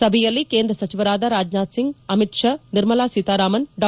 ಸಭೆಯಲ್ಲಿ ಕೇಂದ್ರ ಸಚಿವರಾದ ರಾಜನಾಥ್ ಸಿಂಗ್ ಅಮಿತ್ ಶಾ ನಿರ್ಮಲಾ ಸೀತಾರಾಮನ್ ಡಾ